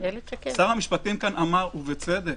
שר המשפטים כאן אמר ובצדק,